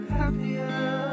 happier